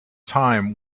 time